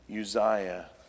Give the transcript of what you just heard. Uzziah